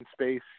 space